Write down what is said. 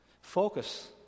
Focus